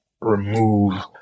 remove